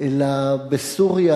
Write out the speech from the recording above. אלא בסוריה,